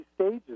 stages